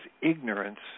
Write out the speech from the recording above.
ignorance